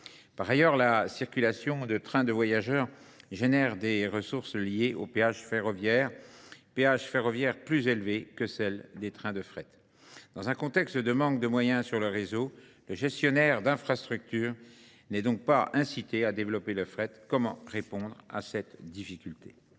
Par ailleurs, la circulation de trains de voyageurs génère des ressources liées au pH ferroviaire, pH ferroviaire plus élevé que celle des trains de fret. Dans un contexte de manque de moyens sur le réseau, le gestionnaire d'infrastructure n'est donc pas incité à développer le fret. Comment répondre à cette difficulté ?